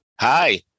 Hi